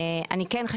אני כן,